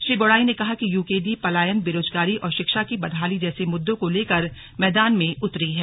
श्री बौड़ाई ने कहा कि यूकेडी पलायन बेरोजगारी और शिक्षा की बदहाली जैसे मुद्दों को लेकर मैदान में उतरी है